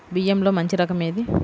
బియ్యంలో మంచి రకం ఏది?